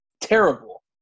terrible